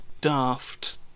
daft